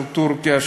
של טורקיה,